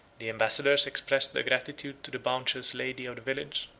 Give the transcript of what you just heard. the ambassadors expressed their gratitude to the bounteous lady of the village,